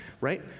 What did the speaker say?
right